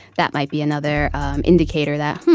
that might be another um indicator that,